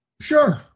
Sure